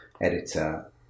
editor